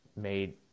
made